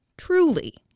Truly